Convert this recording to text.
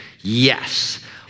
yes